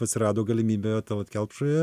atsirado galimybė tallat kelpšoje